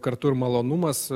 kartu ir malonumas